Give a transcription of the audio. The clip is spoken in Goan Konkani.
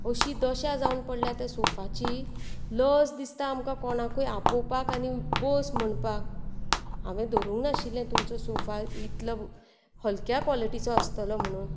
अशी दशा जावन पडल्या त्या सोफाची लज दिसता आमकां कोणाकूय आपोवपाक आनी बस म्हणपाक हांवें धरुंक नाशिल्ले तुमचो सोफा इतलो हलक्या कोलिटीचो आसतलो म्हणून